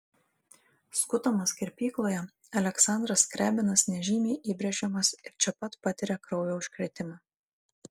skutamas kirpykloje aleksandras skriabinas nežymiai įbrėžiamas ir čia pat patiria kraujo užkrėtimą